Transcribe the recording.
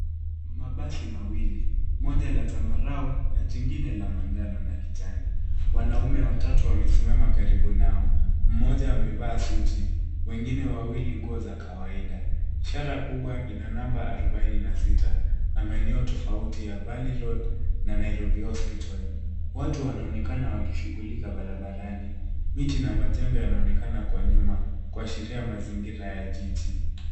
Mabasi mawili, moja la zambarau na jingine la manjano na kijani. Wanaume watatu wamesima karibu nao. Mmoja hamevaa suti na wengine wawili nguo za kawaida . ishara kubwa ina namba arubaini na sita. namaeneo tofauti ya valley Road na Nairobi Hospital . Watu wanaonekana wakishugulika barabarani. Miti na majengo yanaonekana kwa nyuma, kuashiria mazingira ya jiji.